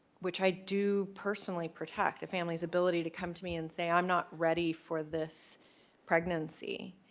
which i do personally protect, a family's ability to come to me and say i'm not ready for this pregnancy,